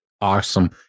Awesome